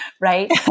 right